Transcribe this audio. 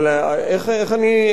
אבל איך אני?